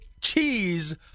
cheese